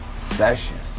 Sessions